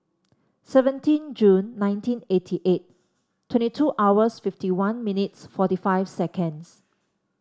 seventeen June nineteen eighty eight twenty two hours fifty one minutes forty five seconds